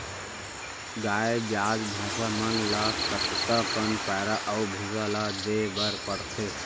गाय ब्याज भैसा मन ल कतका कन पैरा अऊ भूसा ल देये बर पढ़थे?